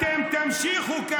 אתם תמשיכו,